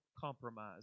compromise